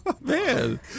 Man